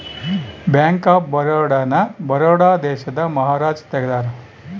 bank of Baroda ನ ಬರೋಡ ದೇಶದ ಮಹಾರಾಜ ತೆಗ್ದಾರ